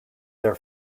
their